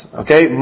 okay